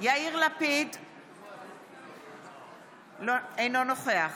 אמילי חיה מואטי, נגד פטין מולא, אינו נוכח